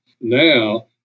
Now